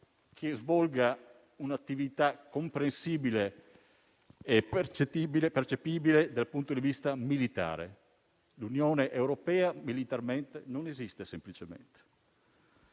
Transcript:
che svolga un'attività comprensibile e percettibile dal punto di vista militare. L'Unione europea militarmente non esiste, semplicemente.